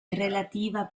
relativa